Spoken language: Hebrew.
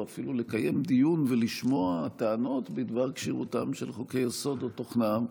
או אפילו לקיים דיון ולשמוע טענות בדבר כשירותם של חוקי-יסוד או תוכנם,